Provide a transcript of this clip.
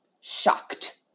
shocked